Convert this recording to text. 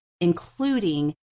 including